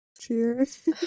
Cheers